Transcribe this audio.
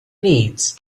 needs